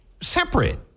separate